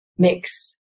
mix